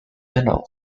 general